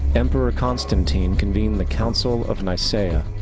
emperor constantine convened the council of nicea.